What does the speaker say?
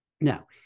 Now